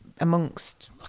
Amongst